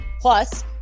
Plus